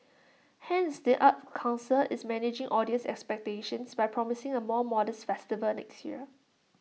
hence the arts Council is managing audience expectations by promising A more modest festival next year